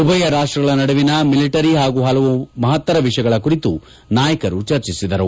ಉಭಯ ರಾಷ್ಟಗಳ ನಡುವಿನ ಮಿಲಿಟರಿ ಹಾಗೂ ಹಲವು ಮಹತ್ತರ ವಿಷಯಗಳ ಕುರಿತು ನಾಯಕರು ಚರ್ಚಿಸಿದರು